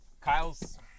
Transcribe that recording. Kyle's